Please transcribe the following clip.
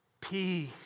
Peace